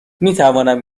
میتوانم